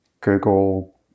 Google